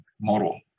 model